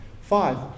Five